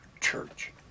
church